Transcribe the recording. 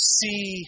see